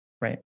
right